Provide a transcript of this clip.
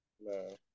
No